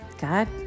God